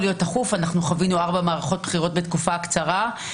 להיות תכוף אנחנו חווינו ארבע מערכות בחירות בתקופה קצרה.